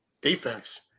Defense